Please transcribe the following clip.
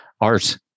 art